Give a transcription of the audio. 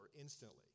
instantly